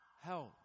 help